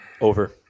Over